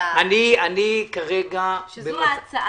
שזו ההצעה.